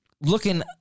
looking